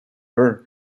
berg